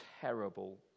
terrible